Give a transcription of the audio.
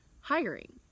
hiring